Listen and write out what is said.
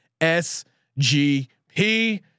SGP